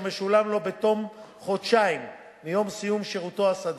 משולם לו בתום חודשיים מיום סיום שירותו הסדיר.